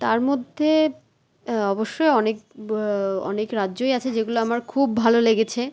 তার মধ্যে অবশ্যই অনেক অনেক রাজ্যই আছে যেগুলো আমার খুব ভালো লেগেছে